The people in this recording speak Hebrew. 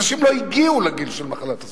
אנשים לא הגיעו לגיל של מחלת הסרטן.